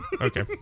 Okay